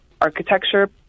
architecture